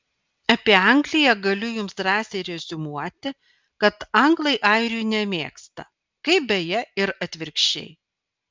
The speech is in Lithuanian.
apie angliją galiu jums drąsiai reziumuoti kad anglai airių nemėgsta kaip beje ir atvirkščiai